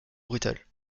brutal